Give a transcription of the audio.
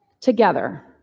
together